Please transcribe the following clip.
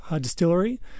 Distillery